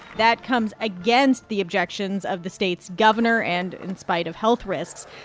that comes against the objections of the state's governor and in spite of health risks.